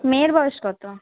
মেয়ের বয়স কত